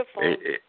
Beautiful